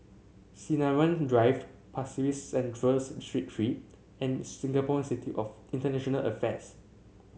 Sinaran Drive Pasir Ris Central Street Three and Singapore Institute of International Affairs